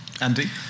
Andy